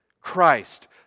Christ